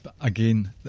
Again